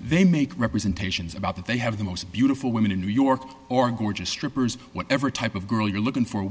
they make representations about that they have the most beautiful women in new york or gorgeous strippers whatever type of girl you're looking for